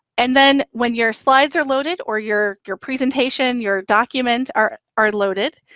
and then when your slides are loaded or your your presentation, your document are are loaded,